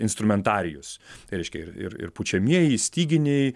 instrumentarijus reiškia ir ir pučiamieji styginiai